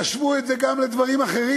תשוו את זה גם לדברים אחרים.